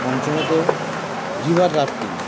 পঞ্চমত river rafting